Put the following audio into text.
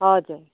हजुर